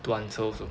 to answer also